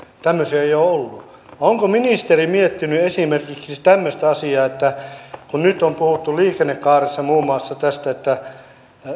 tämmöisiä ei ole ollut onko ministeri miettinyt esimerkiksi tämmöistä asiaa että kun nyt on puhuttu liikennekaaressa muun muassa tästä että